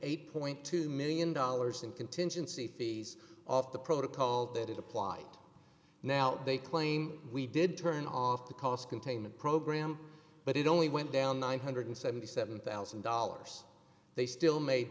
a point two million dollars in contingency fees off the protocol that is applied now they claim we did turn off the cost containment program but it only went down nine hundred and seventy seven thousand dollars they still made